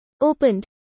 Opened